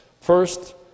first